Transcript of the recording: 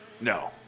No